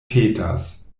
petas